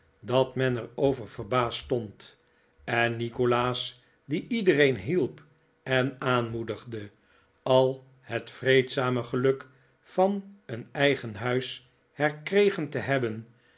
dat men er over verbaasd stond en nikolaas die iedereen hielp en aanmoedigde al het vreedzame geluk van een eigen huis herkregen te hebben